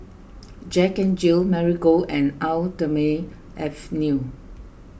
Jack N Jill Marigold and Eau thermale Avene